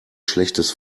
schlechtes